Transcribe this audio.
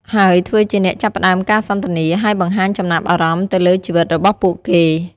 ហើយ ធ្វើជាអ្នកចាប់ផ្តើមការសន្ទនា ហើយបង្ហាញចំណាប់អារម្មណ៍ទៅលើជីវិតរបស់ពួកគេ។